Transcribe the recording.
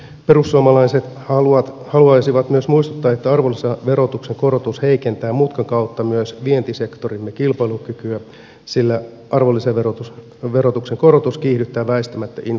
perussuomalaiset haluaisivat myös muistuttaa että arvonlisäverotuksen korotus heikentää mutkan kautta myös vientisektorimme kilpailukykyä sillä arvonlisäverotuksen korotus kiihdyttää väistämättä inflaatiota